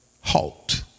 Halt